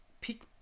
pick